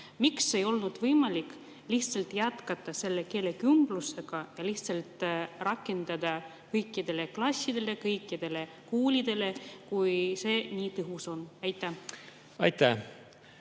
Miks ei olnud võimalik lihtsalt jätkata selle keelekümblusega ja rakendada seda kõikidele klassidele, kõikidele koolidele, kui see nii tõhus on? Austatud